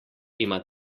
ima